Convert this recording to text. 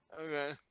Okay